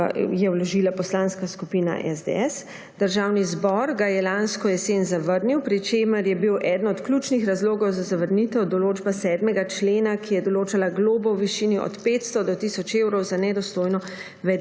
vložila Poslanska skupina SDS. Državni zbor ga je lansko jesen zavrnil, pri čemer je bila eden od ključnih razlogov za zavrnitev določba 7. člena, ki je določala globo v višini od 500 do tisoč evrov za nedostojno